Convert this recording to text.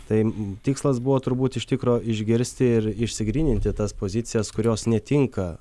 tai tikslas buvo turbūt iš tikro išgirsti ir išsigryninti tas pozicijas kurios netinka